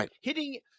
hitting